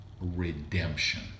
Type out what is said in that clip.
redemption